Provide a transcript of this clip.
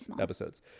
episodes